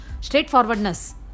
straightforwardness